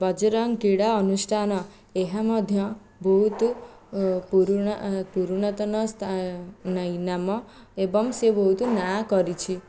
ବଜରଙ୍ଗ କ୍ରୀଡ଼ା ଅନୁଷ୍ଠାନ ଏହା ମଧ୍ୟ ବହୁତ ପୁରୁଣା ପୁରୁଣାତନ ନାମ ଏବଂ ସେ ବହୁତ ନାଁ କରିଛି